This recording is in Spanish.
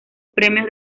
premios